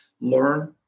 learn